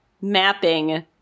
mapping